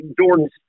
Jordan